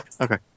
Okay